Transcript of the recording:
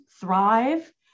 thrive